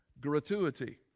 Gratuity